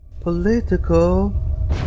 political